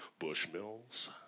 Bushmills